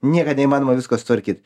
niekad neįmanoma visko sutvarkyt